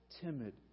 timid